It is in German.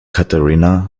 katharina